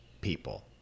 people